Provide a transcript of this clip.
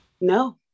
No